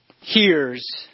hears